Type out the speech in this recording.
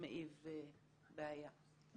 שמעיב בעיה.